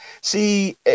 See